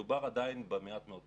מדובר עדיין במעט מאוד כסף.